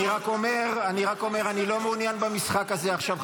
אני רק אומר שאני לא מעוניין במשחק הזה עכשיו,